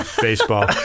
Baseball